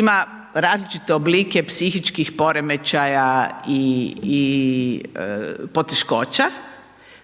ima različite oblike psihičkih poremećaja i poteškoća